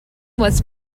was